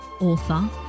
author